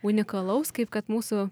unikalaus kaip kad mūsų